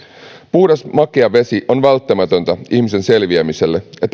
puhdas makea vesi on välttämätöntä ihmisen selviämiselle ja